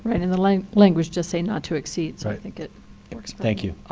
and and the like language does say not to exceed, so i think it works. thank you.